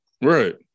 Right